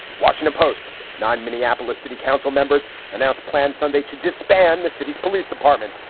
washington post nine minneapolis city council members announced plans sunday to disband the city's police department.